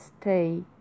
stay